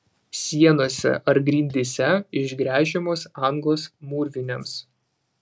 sienose ar grindyse išgręžiamos angos mūrvinėms